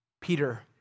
Peter